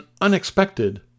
unexpected